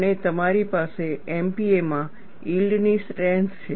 અને તમારી પાસે MPa માં યીલ્ડ ની સ્ટ્રેન્થ છે